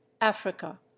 africa